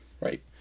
Right